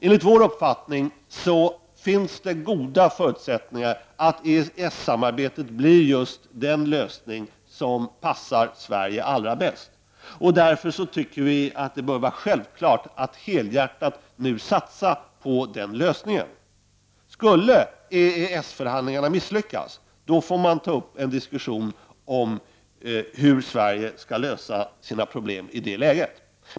Enligt vår uppfattning finns det goda förutsättningar för att ett EES-samarbete blir just den lösning som passar Sverige allra bäst. Därför bör det vara en självklarhet att vi nu helhjärtat satsar på den lösningen. Skulle EES förhandlingarna misslyckas, får man ta upp en diskussion om hur Sverige skall lösa sina problem i det läget.